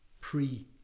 pre